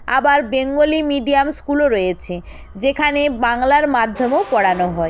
আবার Bengali medium স্কুলও রয়েছে যেখানে বাংলার মাধ্যমেও পড়ানো হয়